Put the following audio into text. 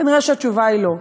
כנראה התשובה היא לא.